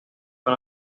con